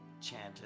chanted